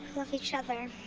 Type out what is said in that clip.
love each other,